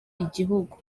igihugu